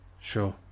sure